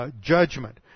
judgment